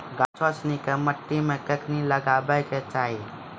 गाछो सिनी के मट्टी मे कखनी लगाबै के चाहि?